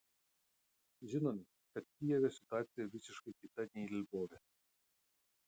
žinome kad kijeve situacija visiškai kita nei lvove